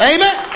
Amen